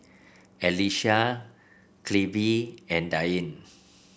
Allyssa Clevie and Deane